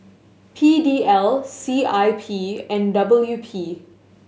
P D L C I P and W P